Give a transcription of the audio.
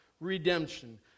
redemption